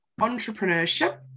entrepreneurship